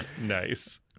nice